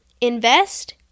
Invest